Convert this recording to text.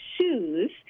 shoes